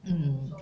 mm